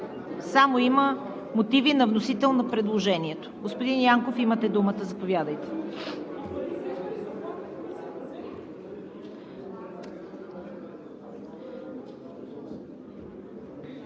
само мотиви на вносител на предложението. Господин Янков, имате думата – заповядайте.